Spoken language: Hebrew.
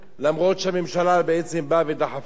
אף שהממשלה דחפה,